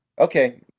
Okay